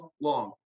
long